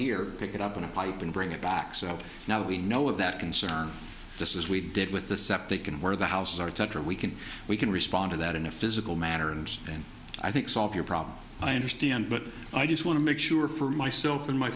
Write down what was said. here pick it up in a pipe and bring it back so now we know of that concern just as we did with the septic and where the houses are tetra we can we can respond to that in a physical manner and then i think solve your problem i understand but i just want to make sure for myself and my